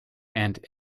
and